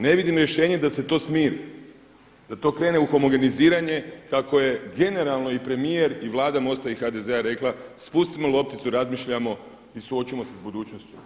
Ne vidim rješenje da se to smiri, da to krene u homogeniziranje kako je generalno i premijer i Vlada MOST-a i HDZ-a rekla, spustimo lopticu razmišljamo i suočimo se s budućnošću.